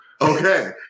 okay